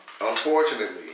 unfortunately